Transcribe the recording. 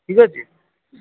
ଠିକ୍ ଅଛି